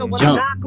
jump